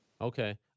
Okay